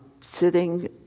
sitting